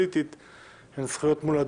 17 בדצמבר 2020. היום אנחנו דנים בהצעת חוק-יסוד: